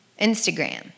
Instagram